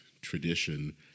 tradition